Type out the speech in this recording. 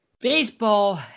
Baseball